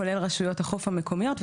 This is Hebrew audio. כולל רשויות החוף המקומיות,